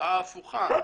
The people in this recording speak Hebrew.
התוצאה ההפוכה,